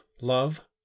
love